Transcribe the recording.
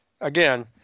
again